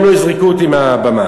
אם לא, יזרקו אותי מהבמה.